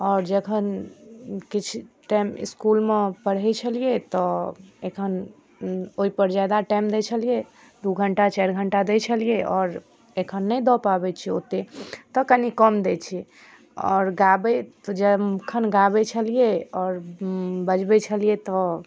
आओर जखन किछु टाइम इसकुलमे पढ़ै छलिए तऽ एखन ओहिपर ज्यादा टाइम दै छलिए दुइ घण्टा चारि घण्टा दै छलिए आओर एखन नहि दऽ पाबै छिए ओतेक तऽ कनि कम दै छिए आओर गाबै जखन गाबै आओर बजबै छलिए तऽ